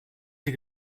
sie